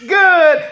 good